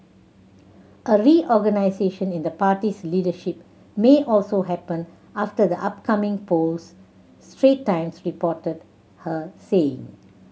a reorganisation in the party's leadership may also happen after the upcoming polls Strait Times reported her saying